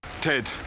Ted